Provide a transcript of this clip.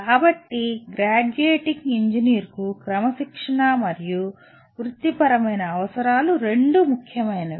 కాబట్టి గ్రాడ్యుయేటింగ్ ఇంజనీర్కు క్రమశిక్షణ మరియు వృత్తిపరమైన అవసరాలు రెండూ ముఖ్యమైనవి